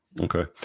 Okay